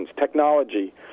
technology